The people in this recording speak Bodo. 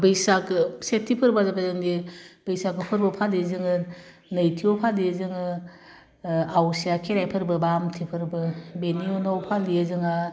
बैसागो सेथि फोरबोया जाबाय जोंनि बैसागो फोरबो फालियो जोङो नैथियाव फालियो जोङो ओह आवसिया खेराइ फोरबो बा आमथि फोरबो बेनि उनाव फालियो जोङो